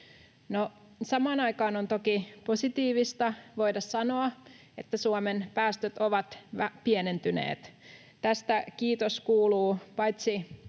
Samaan aikaan on toki positiivista voida sanoa, että Suomen päästöt ovat pienentyneet. Tästä kiitos kuuluu paitsi